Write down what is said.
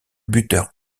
buteur